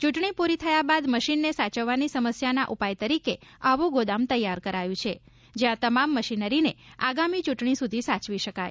ચૂંટણી પૂરી થયા બાદ મશીનને સાચવવાની સમસ્યાના ઉપાય તરીકે આવું ગોદામ તૈયાર કરાયું છે જ્યાં તમામ મશીનરીને આગામી ચૂંટણી સુધી સાચવી શકાય